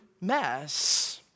mess